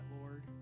Lord